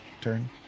turn